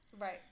right